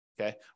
okay